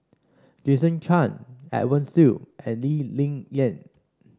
Jason Chan Edwin Siew and Lee Ling Yen